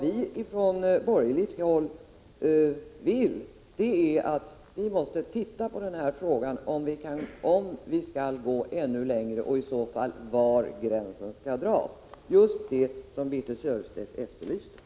Ifrån borgerligt håll anser vi att vi måste se på den här frågan och ta ställning till om vi skall gå ännu längre och i så fall var gränsen skall dras — just det som Birthe Sörestedt efterlyste.